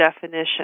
definition